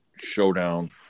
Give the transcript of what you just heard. showdown